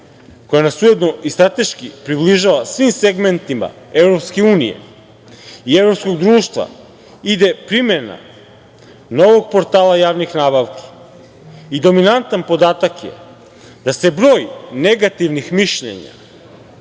koja nas ujedno i strateški približava segmentima EU i evropskog društva ide primena novog portala javnih nabavki i dominantan podatak je da se broj negativnih mišljenja